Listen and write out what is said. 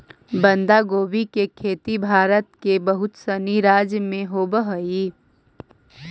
बंधगोभी के खेती भारत के बहुत सनी राज्य में होवऽ हइ